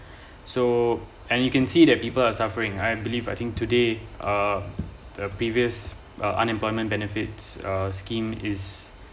so and you can see that people are suffering I believe I think today uh the previous uh unemployment benefits uh scheme is